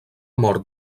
mort